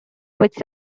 which